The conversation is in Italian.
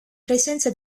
presenza